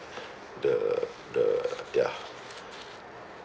the the ya